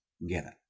together